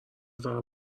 فقط